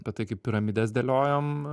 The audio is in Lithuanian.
apie tai kaip piramides dėliojom